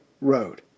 Road